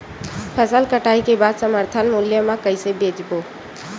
फसल कटाई के बाद समर्थन मूल्य मा कइसे बेचबो?